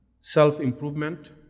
self-improvement